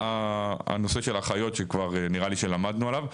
והנושא של האחיות שכבר נראה לי שלמדנו עליו.